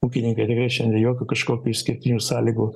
ūkininkai tikrai šiandien jokių kažkokių išskirtinių sąlygų